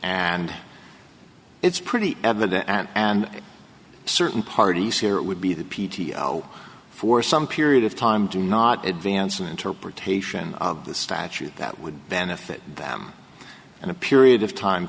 and it's pretty evident and certain parties here would be the p t o for some period of time to not advance an interpretation of the statute that would benefit them in a period of time